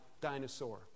dinosaur